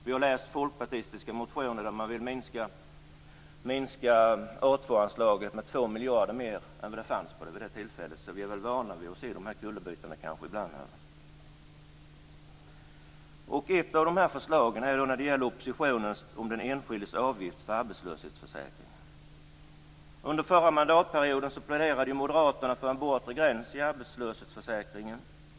Vi har läst folkpartistiska motioner där man vill minska A 2-anslaget med 2 miljarder mer än vad som fanns vid tillfället. Vi är väl vana att se de här kullerbyttorna. Ett av de här förslagen från oppositionen gäller den enskildes avgift för arbetslöshetsförsäkringen. Under förra mandatperioden pläderade Moderaterna för en bortre gräns i arbetslöshetsförsäkringen.